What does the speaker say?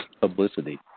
publicity